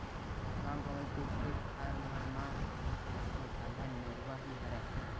गाँव गंवई के खेत खार मन म पानी जाय के साधन नरूवा ही हरय